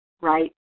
right